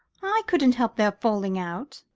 i couldn't help their falling out.